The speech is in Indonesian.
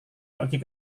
pergi